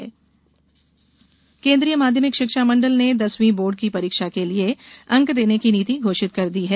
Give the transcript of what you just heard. CBSE केंद्रीय माध्यमिक शिक्षा मण्डल ने दसवी बोर्ड की परीक्षा के लिए अंक देने की नीति घोषित कर दी है